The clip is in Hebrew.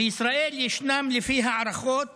בישראל ישנם לפי הערכות